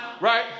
right